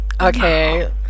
Okay